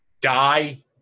die